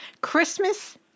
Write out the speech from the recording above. Christmas